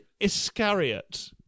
Iscariot